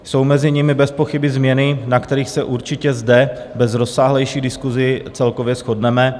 Jsou mezi nimi bezpochyby změny, na kterých se určitě zde bez rozsáhlejší diskuse celkově shodneme.